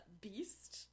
beast